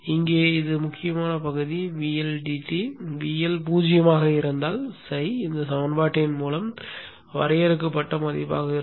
இங்கே முக்கியமான பகுதி VL dt VL 0 ஆக இருந்தால் φ இந்த சமன்பாட்டின் மூலம் வரையறுக்கப்பட்ட மதிப்பாக இருக்கும்